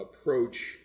approach